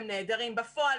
הם נהדרים בפועל,